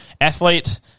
athlete